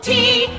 Tea